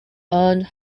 earned